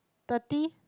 thirty